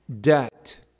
debt